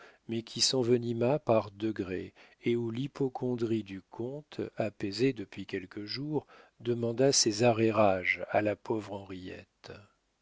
mais qui s'envenima par degrés et où l'hypocondrie du comte apaisée depuis quelques jours demanda ses arrérages à la pauvre henriette